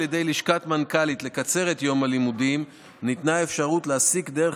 ידי לשכת המנכ"לית לקצר את יום הלימודים ניתנה אפשרות להעסיק דרך